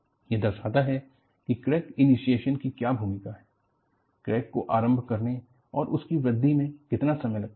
यह दर्शाता है कि क्रैक इनीशिएशन की क्या भूमिका है क्रैक को आरंभ करने और उसकी वृद्धि में कितना समय लगता है